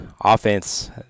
offense